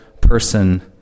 person